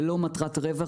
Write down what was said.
ללא מטרת רווח,